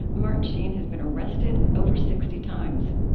martin sheen has been arrested over sixty times